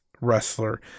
wrestler